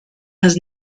has